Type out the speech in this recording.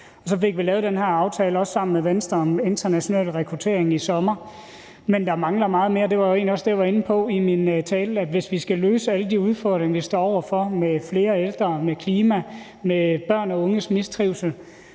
så fik vi lavet den her aftale, også sammen med Venstre, om international rekruttering i sommer. Men der mangler meget mere. Det var egentlig også det, jeg var inde på i min ordførertale, nemlig at hvis vi skal løse alle de udfordringer, vi står over for, med flere ældre, med klima, med børn og unges mistrivsel